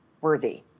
worthy